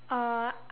uh